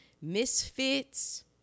Misfits